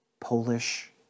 Polish